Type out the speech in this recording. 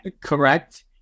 Correct